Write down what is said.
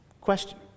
question